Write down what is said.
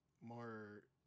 more